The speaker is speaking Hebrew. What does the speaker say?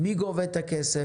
מי גובה את הכסף?